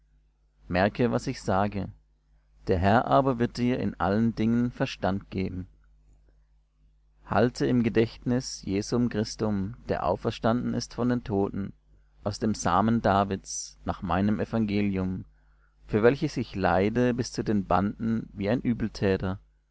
merke was ich sage der herr aber wird dir in allen dingen verstand geben halt im gedächtnis jesum christum der auferstanden ist von den toten aus dem samen davids nach meinem evangelium für welches ich leide bis zu den banden wie ein übeltäter